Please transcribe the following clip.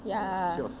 ya